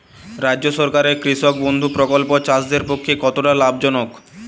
রাজ্য সরকারের কৃষক বন্ধু প্রকল্প চাষীদের পক্ষে কতটা লাভজনক?